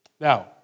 Now